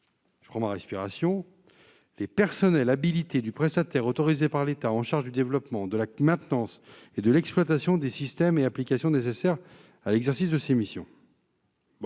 le Gouvernement vise les personnels habilités du prestataire autorisé par l'État, en charge du développement, de la maintenance et de l'exploitation des systèmes et applications nécessaires à l'exercice de ces missions.